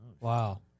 Wow